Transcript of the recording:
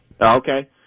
Okay